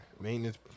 maintenance